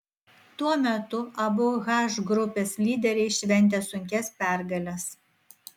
tuo metu abu h grupės lyderiai šventė sunkias pergales